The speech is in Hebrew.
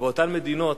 באותן מדינות,